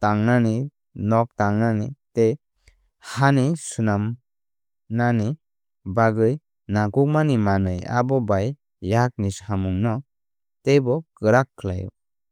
tangnani nok tangnani tei hani swnamnanini bagwi nangkukmani manwi. Abo bai yakni samungno teibo kwrak khlaio.